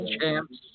champs